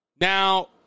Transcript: Now